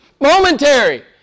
Momentary